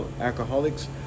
alcoholics